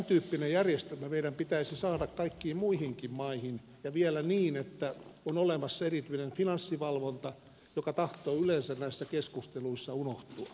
tämäntyyppinen järjestelmä meidän pitäisi saada kaikkiin muihinkin maihin ja vielä niin että on olemassa erityinen finanssivalvonta mikä tahtoo yleensä näissä keskusteluissa unohtua